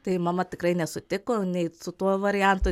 tai mama tikrai nesutiko nei su tuo variantu